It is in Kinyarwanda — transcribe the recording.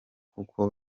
kuko